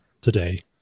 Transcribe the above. today